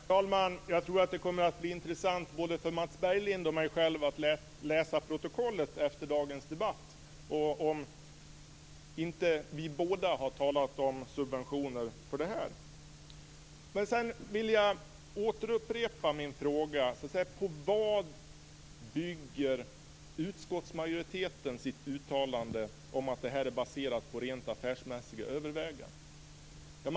Herr talman! Jag tror att det kommer att bli intressant för både Mats Berglind och mig själv att läsa protokollet efter dagens debatt och se om inte vi båda har talat om subventioner för det här. Jag återupprepar min fråga: På vad bygger utskottsmajoriteten sitt uttalande om att det här är baserat på rent affärsmässiga överväganden?